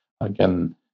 Again